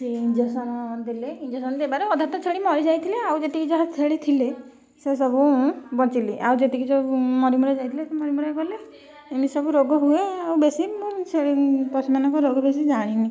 ସିଏ ଇଞ୍ଜେକ୍ସନ୍ ଦେଲେ ଇଞ୍ଜେକ୍ସନ୍ ଦେବାର ଅଧା ତ ଛେଳି ମରିଯାଇଥିଲେ ଆଉ ଯେତିକି ଯାହା ଛେଳି ଥିଲେ ସେ ସବୁ ବଞ୍ଚିଲେ ଆଉ ଯେତିକି ଯେଉଁ ମରିମୁରା ଯାଇଥିଲେ ସେ ମରିମୁରା ଗଲେ ଏମିତି ସବୁ ରୋଗ ହୁଏ ଆଉ ବେଶୀ ଛେଳି ପଶୁମାନଙ୍କୁ ରୋଗ ବେଶୀ ଜାଣିନି